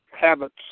habits